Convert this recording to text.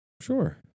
sure